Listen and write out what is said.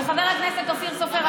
אבל, יפעת, חבר הכנסת אופיר סופר,